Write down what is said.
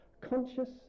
conscious